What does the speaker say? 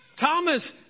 Thomas